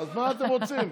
אז מה אתם רוצים?